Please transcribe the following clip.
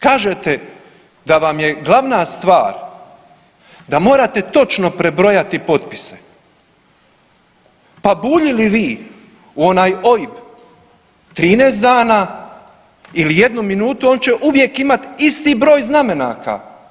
Kažete da vam je glavna stvar da morate točno prebrojati potpise, pa buljili vi u onaj OIB 13 dana ili jednu minutu on će uvijek imat isti broj znamenaka.